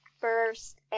first